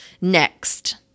Next